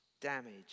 damage